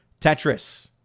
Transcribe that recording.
Tetris